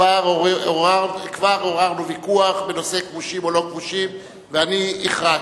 כבר עוררנו ויכוח בנושא כבושים או לא כבושים ואני הכרעתי.